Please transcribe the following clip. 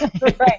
Right